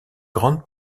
grande